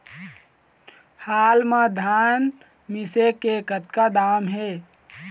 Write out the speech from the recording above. हाल मा धान मिसे के कतका दाम हे?